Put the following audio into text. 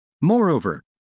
Moreover